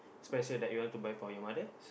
special that you want to buy for your mother